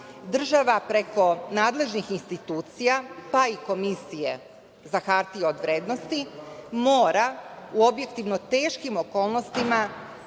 država, preko nadležnih institucija, pa i Komisije za hartije od vrednosti mora u objektivno teškim okolnostima